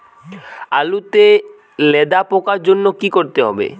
আলুতে লেদা পোকার জন্য কি করতে হবে?